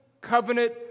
covenant